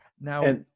Now